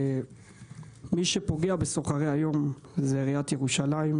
מי שפוגע בסוחרי היום זו עיריית ירושלים,